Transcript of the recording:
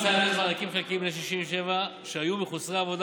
מוצע לתת מענקים חלקיים לבני 67 שהיו מחוסרי עבודה